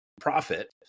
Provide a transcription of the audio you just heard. profit